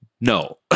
No